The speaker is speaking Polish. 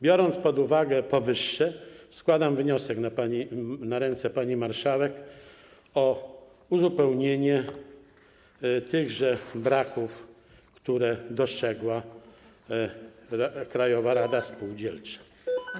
Biorąc pod uwagę powyższe, składam wniosek na ręce pani marszałek o uzupełnienie tychże braków, które dostrzegła Krajowa Rada Spółdzielcza.